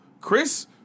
Chris